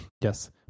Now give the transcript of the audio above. Yes